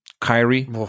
Kyrie